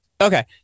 Okay